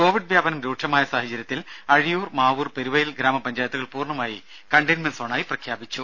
Covid വ്യാപനം രൂക്ഷമായ സാഹചര്യത്തിൽ അഴിയൂർ മാവൂർ പെരുവയൽ ഗ്രാമപഞ്ചായത്തുകൾ പൂർണമായി കണ്ടെയ്ൻമെന്റ് സോണായി പ്രഖ്യാപിച്ചു